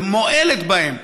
מועלת בה.